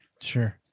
Sure